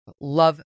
love